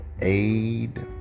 aid